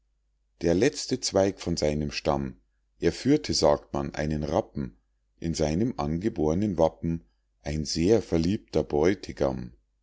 der letzte zweig von seinem stamm er führte sagt man einen rappen in seinem angebornen wappen ein sehr verliebter bräutigam